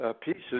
pieces